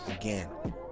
Again